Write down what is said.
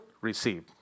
receive